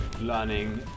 learning